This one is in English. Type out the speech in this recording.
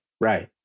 Right